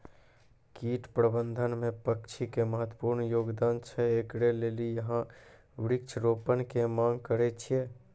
कीट प्रबंधन मे पक्षी के महत्वपूर्ण योगदान छैय, इकरे लेली यहाँ वृक्ष रोपण के मांग करेय छैय?